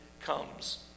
comes